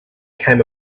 came